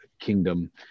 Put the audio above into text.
kingdom